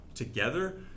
together